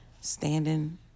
standing